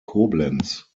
koblenz